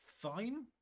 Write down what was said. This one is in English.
fine